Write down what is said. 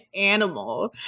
animal